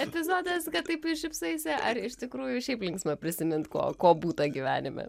epizodas kad taip šypsaisi ar iš tikrųjų šiaip linksma prisimint ko ko būta gyvenime